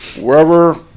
wherever